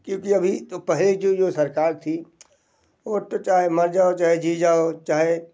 क्यूँकि अभी तो पहले जो जो सरकार थी वो तो चाहे मर जाओ चाहे जी जाओ चाहे